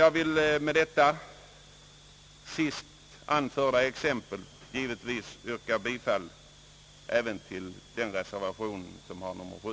Jag vill med detta sist anförda exempel givetvis yrka bifall till reservation nr 7.